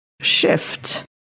shift